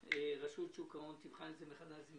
רשות שוק ההון תבחן את זה מחדש.